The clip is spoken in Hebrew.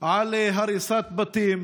על הריסת בתים,